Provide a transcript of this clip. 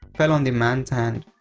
fell on the man's hand.